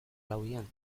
lauan